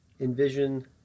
envision